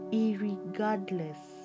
irregardless